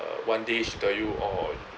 one day she tell you orh